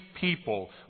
people